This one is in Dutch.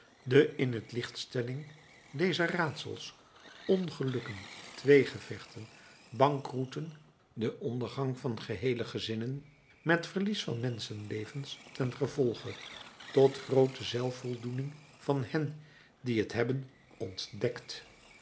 de in t lichtstelling dezer raadsels ongelukken tweegevechten bankroeten den ondergang van geheele gezinnen met verlies van menschenlevens ten gevolge tot groote zelfvoldoening van hen die dit hebben ontdekt